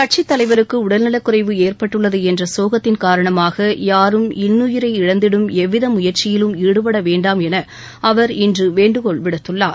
கட்சித் தலைவருக்கு உடல்நலக்குறைவு ஏற்பட்டுள்ளது என்ற சோகத்தின் காரணமாக யாரும் இன்னுயிரை இழந்திடும் எவ்வித முயற்சியிலும் ஈடுபட வேண்டாம் என அவர் இன்று வேண்டுகோள் விடுத்துள்ளார்